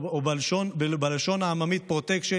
ובלשון העממית "פרוטקשן",